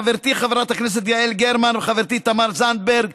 חברתי חברת הכנסת יעל גרמן וחברתי תמר זנדברג,